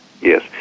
yes